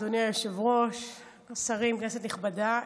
אדוני היושב-ראש, שרים, כנסת נכבדה,